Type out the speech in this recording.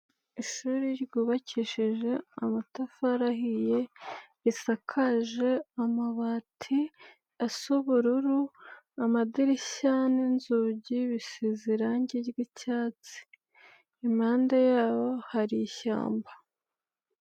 Ishuri ryubakishije amatafari ahiye, risakaje amabati asa ubururu, amadirishya n'inzugi bisize irangi ry'icyatsi, impande yabo hari ishyamba.